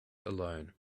alone